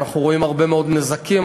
אנחנו רואים הרבה מאוד נזקים,